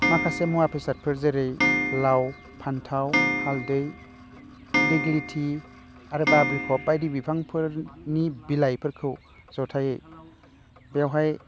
माखासे मुवा बेसादफोर जेरै लाव फान्थाव हालदै दिगिलिटि आरो बाब्रिखब बायदि बिफांफोरनि बिलाइफोरखौ जथायै बेयावहाय